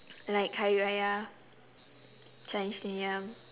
like hari-raya chinese new year